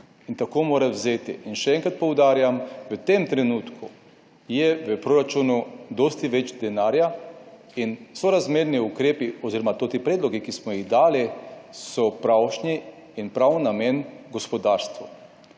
in tako mora vzeti in še enkrat poudarjam, v tem trenutku je v proračunu dosti več denarja in sorazmerni ukrepi oziroma ti predlogi, ki smo jih dali, so pravšnji in prav namen gospodarstvu.